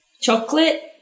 chocolate